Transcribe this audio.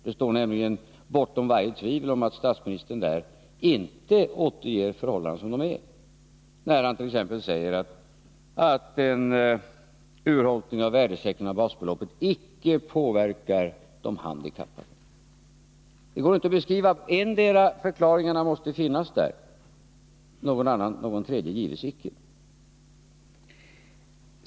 Det står nämligen bortom varje tvivel att statsministern där inte återger förhållandena som de är, när han t.ex. säger att en urholkning av värdesäkringen av basbeloppet inte påverkar de handikappade. Det går inte att bestrida det — en av förklaringarna måste vara riktig, någon tredje gives icke.